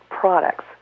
Products